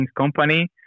company